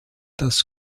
das